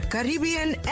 Caribbean